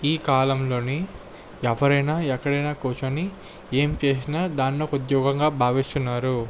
ఈ కాలంలోని ఎవరైనా ఎక్కడైనా కూర్చొని ఏం చేసినా దానినొక ఉద్యోగంగా భావిస్తున్నారు